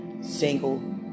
single